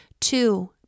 Two